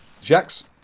Jax